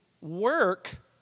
work